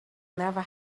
never